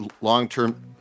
long-term